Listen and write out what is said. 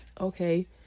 Okay